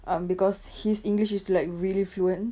um because his english is like really fluent